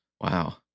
Wow